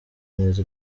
neza